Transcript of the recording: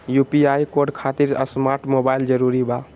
UPI code खातिर smart mobile जरूरी बा?